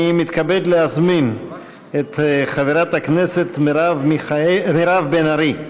אני מתכבד להזמין את חברת הכנסת מירב בן ארי.